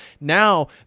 Now